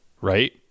right